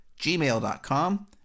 gmail.com